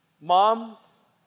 Moms